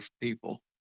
people